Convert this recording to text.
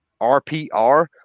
RPR